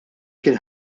kien